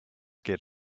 get